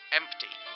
empty